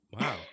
Wow